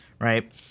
right